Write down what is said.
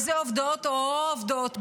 מה זה עובדות, או הו עובדות בזה,